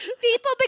People